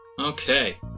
Okay